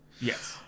Yes